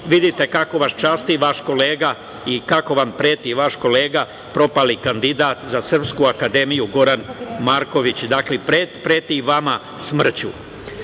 vidite kako vas časti vaš kolega i kako vam preti vaš kolega, propali kandidat za Srpsku akademiju, Goran Marković, dakle preti vama smrću. Tačno